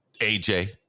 aj